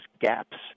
gaps